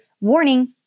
warning